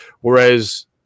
whereas